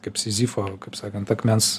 kaip sizifo kaip sakant akmens